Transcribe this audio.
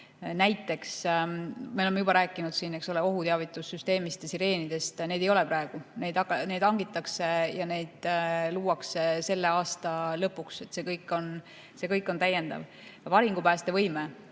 Näiteks me oleme juba rääkinud siin, eks ole, ohuteavitussüsteemist ja sireenidest. Neid ei ole praegu, neid hangitakse ja need luuakse selle aasta lõpuks. See kõik on täiendav. Varingupäästevõime